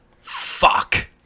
Fuck